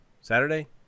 Saturday